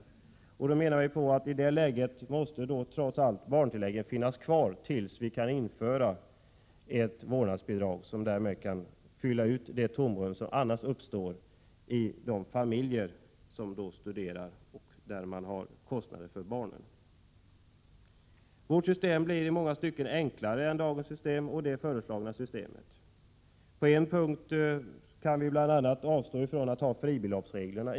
I det läget menar vi att barntillägget trots allt måste finnas kvar tills vi kan införa ett vårdnadsbidrag för att fylla ut det tomrum som annars uppstår i de familjers ekonomi där föräldrarna studerar och har kostnader för barnen. — Vårt system blir i många stycken enklare än både dagens system och det föreslagna systemet. Bl. a. kan vi avstå från fribeloppsreglerna.